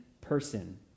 person